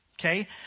okay